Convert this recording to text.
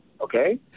Okay